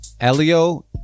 Elio